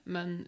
Men